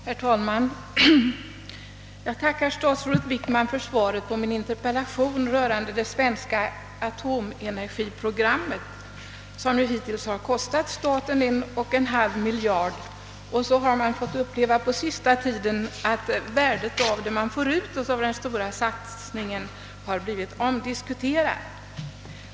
Herr talman! Jag tackar statsrådet Wickman för svaret på min interpellation rörande det svenska atomenergiprogrammet. Detta har hittills kostat staten en och en halv miljard kronor, men man har på senaste tiden fått uppleva att värdet av det resultat som kommer fram ur denna stora satsning har blivit omdiskuterat.